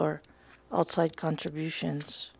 or outside contributions